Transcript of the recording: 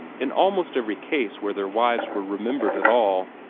in almost every case where their wives were remembered at all,